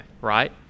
right